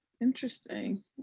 Interesting